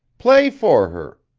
play for her